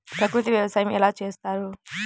ప్రకృతి వ్యవసాయం ఎలా చేస్తారు?